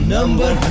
Number